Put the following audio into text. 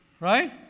Right